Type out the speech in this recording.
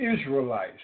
Israelites